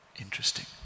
Interesting